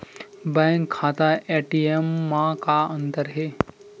Bank खाता ATM मा का अंतर हे?